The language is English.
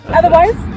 otherwise